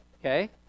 okay